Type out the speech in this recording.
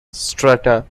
strata